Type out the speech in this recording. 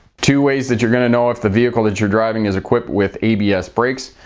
two ways that you're going to know if the vehicle that you're driving is equipped with abs brakes?